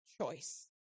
choice